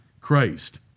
Christ